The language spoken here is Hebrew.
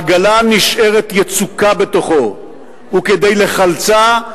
העגלה נשארת יצוקה בתוכו, וכדי לחלצה,